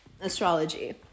astrology